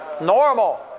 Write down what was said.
normal